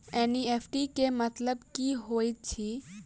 NEFT केँ मतलब की होइत अछि?